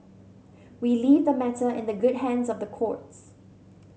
we leave the matter in the good hands of the courts